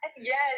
Yes